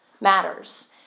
matters